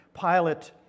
Pilate